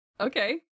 Okay